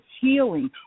healing